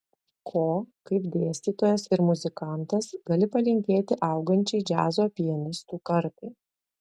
ko kaip dėstytojas ir muzikantas gali palinkėti augančiai džiazo pianistų kartai